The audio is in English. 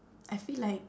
I feel like